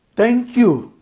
thank you.